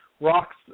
Rock's